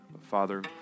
Father